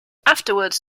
afterwards